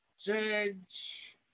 judge